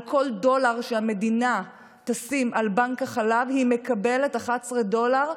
על כל דולר שהמדינה תשים על בנק החלב היא מקבלת 11 דולר,